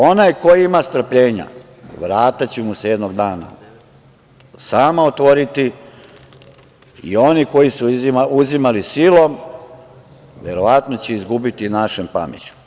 Onaj ko ima strpljenja, vrata će mu se jednog dana sama otvoriti i oni koji su uzimali silom, verovatno će izgubiti našom pameću.